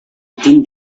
din